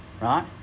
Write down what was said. Right